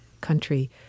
country